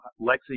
Lexi